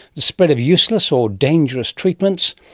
the spread of useless or dangerous treatments,